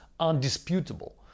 undisputable